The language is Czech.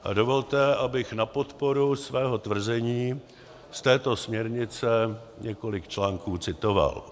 A dovolte, abych na podporu svého tvrzení z této směrnice několik článků citoval.